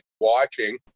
watching